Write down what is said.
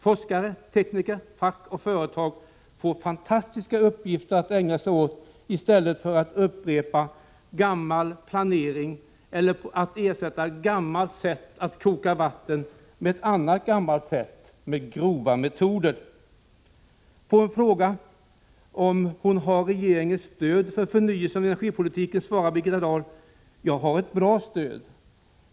Forskare, tekniker, fack och företag får fantastiska uppgifter att ägna sig åt i stället för att upprepa gammal planering eller ersätta gammalt sätt att värma vatten med ett annat gammalt sätt, med grova metoder.” På en fråga om hon har regeringens stöd för förnyelse av energipolitiken svarar Birgitta Dahl: ”Jag har ett bra stöd.